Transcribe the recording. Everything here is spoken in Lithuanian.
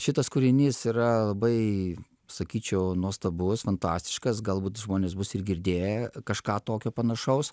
šitas kūrinys yra labai sakyčiau nuostabus fantastiškas galbūt žmonės bus ir girdėję kažką tokio panašaus